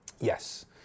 Yes